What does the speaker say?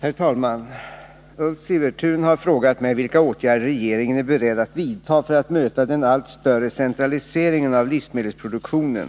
Herr talman! Ulf Sivertun har frågat mig vilka åtgärder regeringen är beredd att vidta för att möta den allt större centraliseringen av livsmedelsproduktionen